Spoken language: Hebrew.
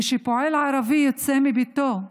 כשפועל ערבי יוצא מביתו ב-03:00,